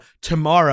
tomorrow